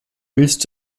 willst